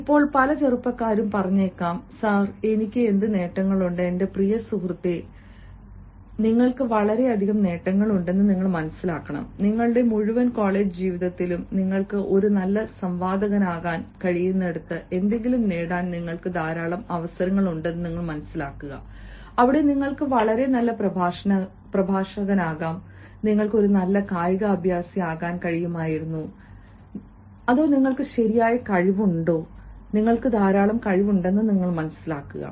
ഇപ്പോൾ പല ചെറുപ്പക്കാരും പറഞ്ഞേക്കാം സർ എനിക്ക് എന്ത് നേട്ടങ്ങളുണ്ട് എന്റെ പ്രിയ സുഹൃത്തേ നിങ്ങൾക്ക് വളരെയധികം നേട്ടങ്ങളുണ്ട് നിങ്ങളുടെ മുഴുവൻ കോളേജ് ജീവിതത്തിലും നിങ്ങൾക്ക് ഒരു നല്ല സംവാദകനാകാൻ കഴിയുന്നിടത്ത് എന്തെങ്കിലും നേടാൻ നിങ്ങൾക്ക് ധാരാളം അവസരങ്ങളുണ്ട് അവിടെ നിങ്ങൾക്ക് വളരെ നല്ല പ്രഭാഷകനാകാം നിങ്ങൾക്കും ഒരു നല്ല കായിക അഭ്യാസി ആകാൻ കഴിയുമായിരുന്നു നിങ്ങൾക്ക് ശരിയായ കഴിവുണ്ടോ നിങ്ങൾക്ക് ധാരാളം കഴിവുളുണ്ട്